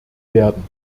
werden